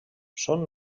són